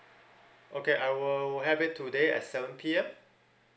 okay I will have it today at seven P_M